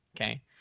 okay